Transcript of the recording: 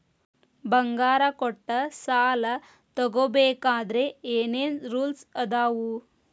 ಬಂಗಾರ ಕೊಟ್ಟ ಸಾಲ ತಗೋಬೇಕಾದ್ರೆ ಏನ್ ಏನ್ ರೂಲ್ಸ್ ಅದಾವು?